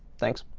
thanks.